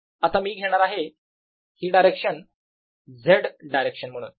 आता मी घेणार आहे ही डायरेक्शन Z डायरेक्शन म्हणून